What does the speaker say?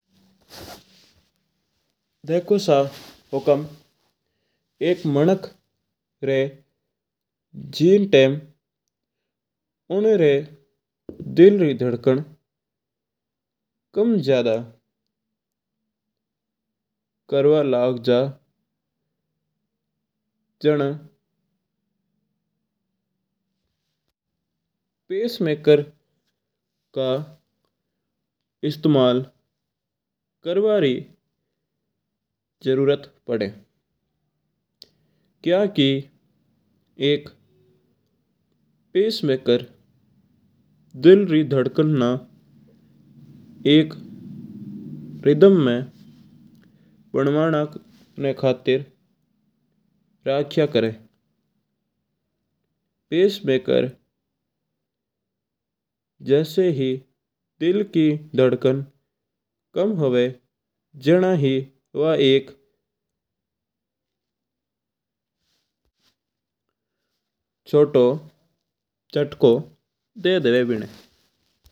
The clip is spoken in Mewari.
देखो सा हुकम एक मानक री जिण टाईम उन री दिल री धड़कण कम ज्याादा हुंवणा लाग जवा जिण पेसमेकर री जरूरत पडा। क्यूंकि एक पेसमेकर दिल री धड़कण ना एक रिदम बनवाणा में रखा है। पेसमेकर जासी दिल की धड़कण कम हुंवा जिण वा एक छोटको दी देवा बिना।